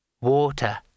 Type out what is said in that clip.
Water